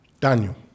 Daniel